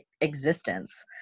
existence